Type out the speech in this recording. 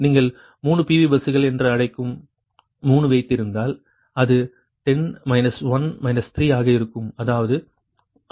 நீங்கள் 3 PV பஸ்கள் என்று அழைக்கும் 3 வைத்திருங்கள் அது 10 1 3 ஆக இருக்கும்